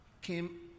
came